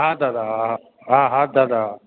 हा दादा हा हा हा दादा हा